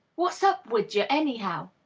what's up wid yer, annyhow?